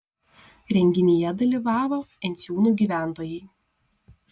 renginyje dalyvavo enciūnų gyventojai